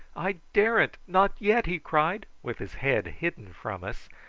i daren't, not yet, he cried, with his head hidden from us,